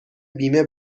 بیمه